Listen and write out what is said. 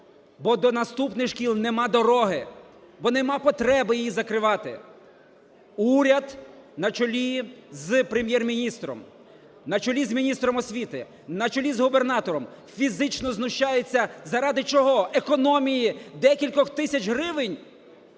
бо до наступних шкіл нема дороги. Бо нема потреби її закривати. Уряд на чолі з Прем'єр-міністром, на чолі з міністром освіти, на чолі з губернатором фізично знущається заради чого? Економії декількох тисяч гривень?